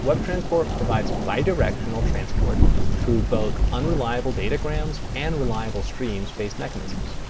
webtransport provides bi-directional transport through both unreliable datagrams and reliable streams based mechanisms.